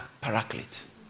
paraclete